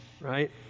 right